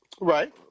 Right